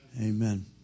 Amen